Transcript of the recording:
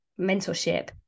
mentorship